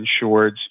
insureds